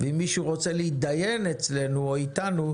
ואם מישהו רוצה להתדיין אצלנו או איתנו,